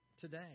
today